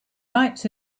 lights